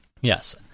Yes